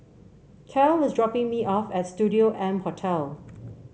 Cal is dropping me off at Studio M Hotel